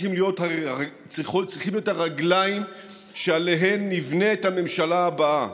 צריכים להיות הרגליים שעליהן נבנית הממשלה הבאה.